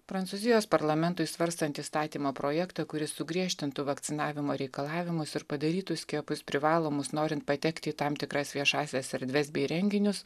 prancūzijos parlamentui svarstant įstatymo projektą kuris sugriežtintų vakcinavimo reikalavimus ir padarytų skiepus privalomus norint patekti į tam tikras viešąsias erdves bei renginius